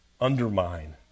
undermine